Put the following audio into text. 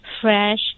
fresh